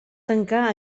tancar